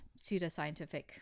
pseudoscientific